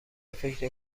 فکر